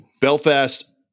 Belfast